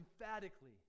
emphatically